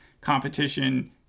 competition